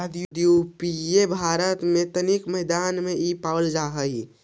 प्रायद्वीपीय भारत के तटीय मैदान में इ पावल जा हई